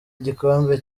igikombe